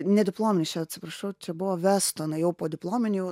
ne diplominius čia atsiprašau čia buvo vestonai jau podiplominių jau